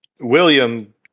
William